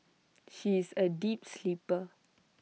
she is A deep sleeper